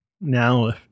Now